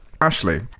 Ashley